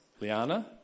Liana